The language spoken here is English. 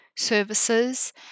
services